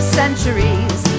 centuries